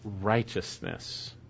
Righteousness